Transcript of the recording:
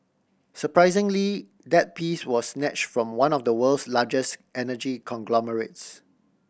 surprisingly that piece was snatch from one of the world's largest energy conglomerates